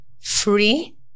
free